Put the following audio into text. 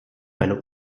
eine